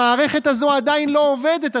המערכת הזו עדיין לא עובדת,